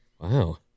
Wow